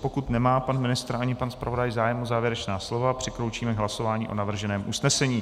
Pokud nemá pan ministr ani pan zpravodaj zájem o závěrečná slova, přikročíme k hlasování o navrženém usnesení.